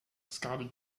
scotty